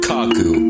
Kaku